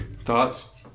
Thoughts